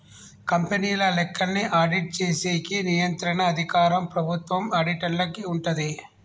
కంపెనీల లెక్కల్ని ఆడిట్ చేసేకి నియంత్రణ అధికారం ప్రభుత్వం ఆడిటర్లకి ఉంటాది